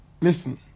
listen